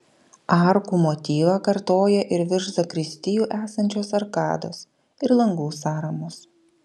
arkų motyvą kartoja ir virš zakristijų esančios arkados ir langų sąramos